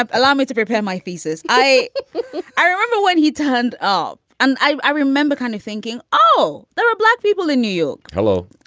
allow me to prepare my thesis. i i remember when he turned up and i remember kind of thinking, oh, there are black people in new york hello.